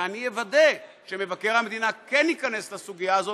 ואני אוודא שמבקר המדינה כן ייכנס לסוגיה הזאת,